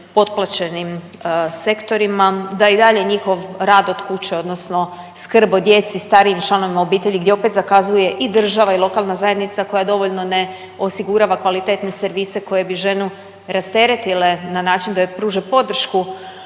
potplaćenim sektorima, da je i dalje njihov rad od kuće odnosno skrb o djeci i starijim članovima obitelji gdje opet zakazuje i država i lokalna zajednica koja dovoljno ne osigurava kvalitetne servise koje bi ženu rasteretile na način da joj pruže podršku